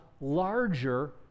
larger